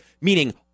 meaning